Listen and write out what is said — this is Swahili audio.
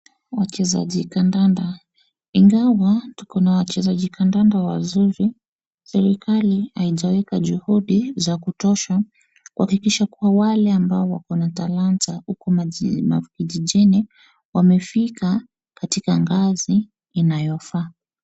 Wachezaji kandanda, ingawa tuko na wachezaji kandanda wazuri serikali haijaweka juhudi za kutosha kuhakikisha kuwa wale aabao wakona talanta huku makijijini wamefika katika ngazi inayofaa.